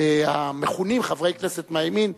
המכונים חברי כנסת מהימין,